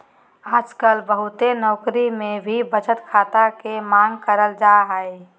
आजकल बहुते नौकरी मे भी बचत खाता के मांग करल जा हय